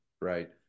right